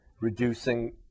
reducing